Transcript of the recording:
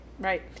right